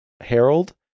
Harold